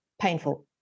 painful